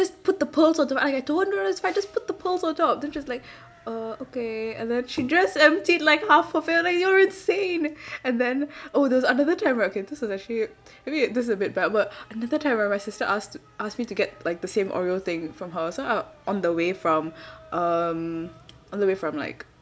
just put the pearls onto I told her no no no it's fine just put the pearls on top then she's like uh okay and then she just emptied like half of it like you're insane and then oh there was another time right okay this was actually I mean this is a bit bad but another time right my sister asked ask me to get like the same oreo thing from her so I was on the way from um on the way from like